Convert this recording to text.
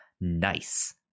nice